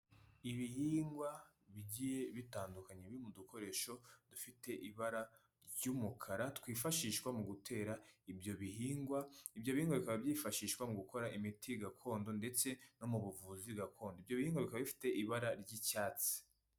Ibihingwa bigiye bitandukanye biri mu dukoresho dufite ibara ry'umukara twifashishwa mu gutera ibyo bihingwa ibyo bihingwa, ibyo bihingwa bikaba byifashishwa mu gukora imiti gakondo ndetse no mu buvuzi gakondo, ibyo bihingwa bikaba bifite ibara ry'icyatsi.